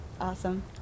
awesome